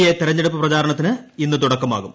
A തെരഞ്ഞ്ടുപ്പ് പ്രചാരണത്തിന് ഇന്ന് തുടക്കമാകും